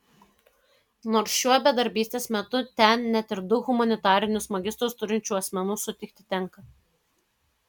nors šiuo bedarbystės metu ten net ir du humanitarinius magistrus turinčių asmenų sutikti tenka